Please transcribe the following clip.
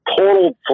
total